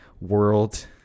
world